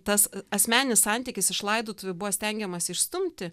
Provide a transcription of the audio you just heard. tas asmenis santykis iš laidotuvių buvo stengiamasi išstumti